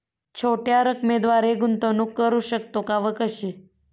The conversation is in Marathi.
छोट्या रकमेद्वारे गुंतवणूक करू शकतो का व कशी?